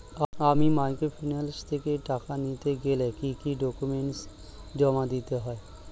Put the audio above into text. আমি মাইক্রোফিন্যান্স থেকে টাকা নিতে গেলে কি কি ডকুমেন্টস জমা দিতে হবে?